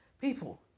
People